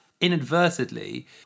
inadvertently